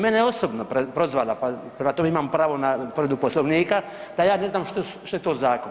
Mene je osobno prozvala, pa prema tome imam pravo na povredu Poslovnika da ja ne znam što je to zakon.